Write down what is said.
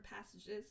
passages